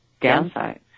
downside